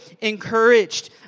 encouraged